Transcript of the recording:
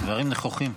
דברים נכוחים.